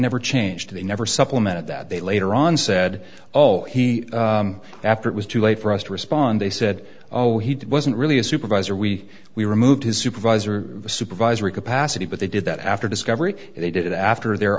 never changed they never supplemented that they later on said oh he after it was too late for us to respond they said oh he wasn't really a supervisor we we removed his supervisor a supervisory capacity but they did that after discovery they did it after their